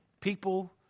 people